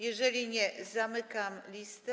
Jeżeli nie, zamykam listę.